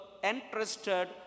Interested